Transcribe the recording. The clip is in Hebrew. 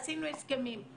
עשינו הסכמים.